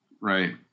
Right